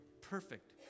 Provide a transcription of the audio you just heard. perfect